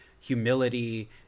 humility